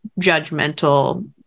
judgmental